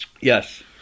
Yes